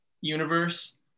universe